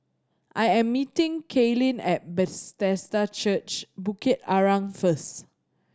I am meeting Kaylyn at Bethesda Church Bukit Arang first